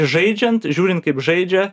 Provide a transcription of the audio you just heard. žaidžiant žiūrint kaip žaidžia